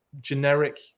generic